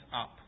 up